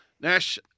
Nash